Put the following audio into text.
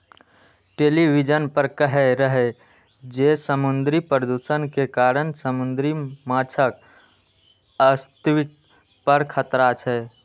television पर कहै रहै जे समुद्री प्रदूषण के कारण समुद्री माछक अस्तित्व पर खतरा छै